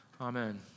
Amen